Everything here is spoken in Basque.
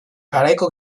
garaiko